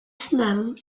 snem